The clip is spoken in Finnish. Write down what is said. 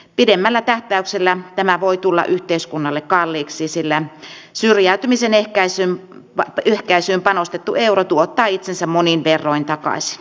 pidemmällä tähtäyksellä tämä voi tulla yhteiskunnalle kalliiksi sillä syrjäytymisen ehkäisyyn panostettu euro tuottaa itsensä monin verroin takaisin